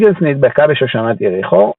היגינס נדבקה בשושנת יריחו,